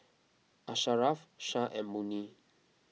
Asharaff Shah and Murni